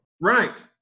Right